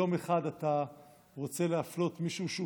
יום אחד אתה רוצה להפלות מישהו שהוא